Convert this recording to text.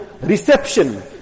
reception